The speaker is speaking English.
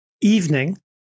evening